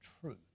truth